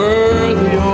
Worthy